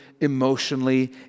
emotionally